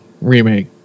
remake